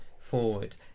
forward